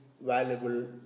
valuable